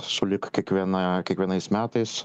sulig kiekviena kiekvienais metais